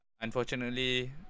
unfortunately